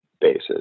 bases